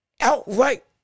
outright